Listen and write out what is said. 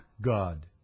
God